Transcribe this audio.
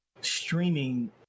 streaming